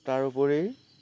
তাৰ উপৰি